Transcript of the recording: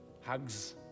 hugs